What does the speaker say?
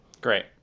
Great